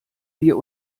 wir